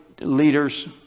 leaders